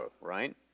right